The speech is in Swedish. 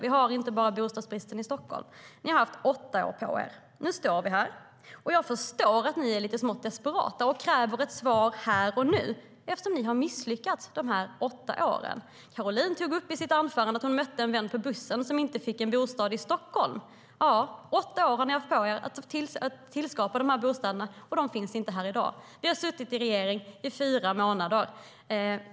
Vi har inte bara bostadsbristen i Stockholm.Ni i Alliansen har haft åtta år på er. Jag förstår att ni är lite smått desperata och kräver ett svar här och nu eftersom ni har misslyckats under dessa åtta år. Caroline tog i sitt anförande upp att hon mött en vän på bussen som inte fick bostad i Stockholm. Åtta år har ni haft på er för att skapa dessa bostäder. De finns inte här i dag. Vi har suttit i regeringsställning i fyra månader.